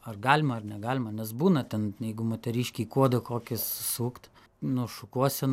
ar galima ar negalima nes būna ten jeigu moteriškei kuodą kokį susukt nu šukuoseną